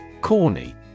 Corny